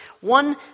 one